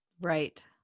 Right